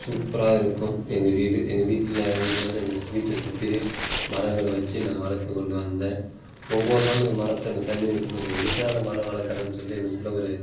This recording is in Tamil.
சூப்பராக இருக்கும் எங்கள் வீடு எங்கள் வீட்டில அதிகபட்சம் எங்கள் ஸ் வீட்டை சுற்றிலும் மரங்களை வச்சு நான் வளர்த்துக்கொண்டு வந்தேன் ஒவ்வொரு நாளும் அந்த மரத்தை நான் தண்ணி ஊற்றும்போது எதுக்காக அந்த மரம் வளர்க்குறேன்னு சொல்லி எனக்குள்ள ஒரு